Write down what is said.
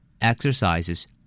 Exercises